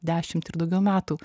dešimt ir daugiau metų